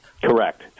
Correct